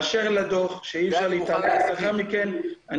באשר לדוח שאי אפשר להתעלם לאחר מכן,